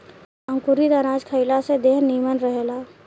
अंकुरित अनाज खइला से देह निमन रहेला